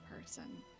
person